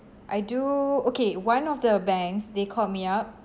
I do okay one of the banks they called me up